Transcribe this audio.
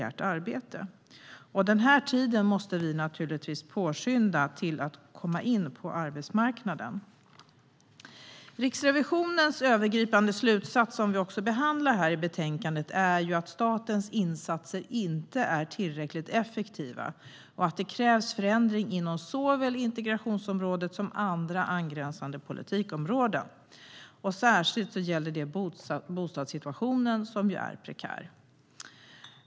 Tiden att komma in på arbetsmarknaden måste vi naturligtvis korta ned. Riksrevisionens övergripande slutsats, som vi behandlar i betänkandet, är att statens insatser inte är tillräckligt effektiva och att det krävs förändring inom såväl integrationsområdet som andra angränsande politikområden. Det gäller särskilt bostadssituationen, som är prekär.